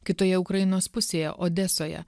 kitoje ukrainos pusėje odesoje